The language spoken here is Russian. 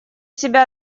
себя